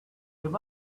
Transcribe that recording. there